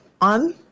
on